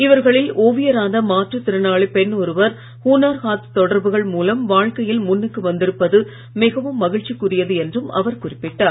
இவர்களில் ஒவியரான மாற்றுத் திறனாளி பெண் ஒருவர் ஹுனார் ஹாத் தொடர்புகள் மூலம் வாழ்க்கையில் முன்னுக்கு வந்திருப்பது மிகவும் மகிழ்ச்சிக்குரியது என்றும் அவர் குறிப்பிட்டார்